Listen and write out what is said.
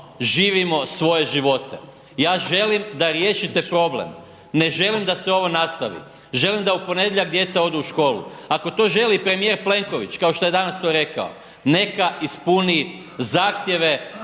živimo svoje živote. Ja želim da riješite problem, ne želim da se ovo nastavi, želim da u ponedjeljak djeca odu u školu, ako to želi i premijer Plenković kao što je danas to rekao, neka ispuni zahtjeve